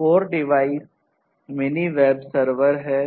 CoRE device mini web server है